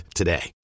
today